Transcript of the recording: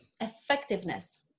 effectiveness